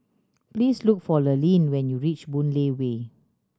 please look for Lurline when you reach Boon Lay Way